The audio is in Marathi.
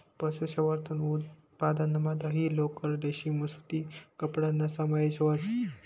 पशुसंवर्धन उत्पादनमा दही, लोकर, रेशीम सूती कपडाना समावेश व्हस